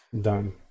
Done